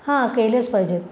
हां केलेच पाहिजेत